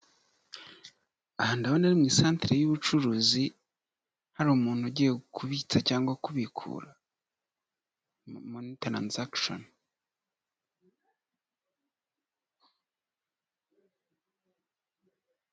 Aha ndabona ari mu isantere y'ubucuruzi hari umuntu ugiye kubitsa cyangwa kubikura muri taranzagisheni.